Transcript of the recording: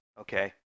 okay